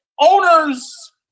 Owners